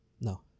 No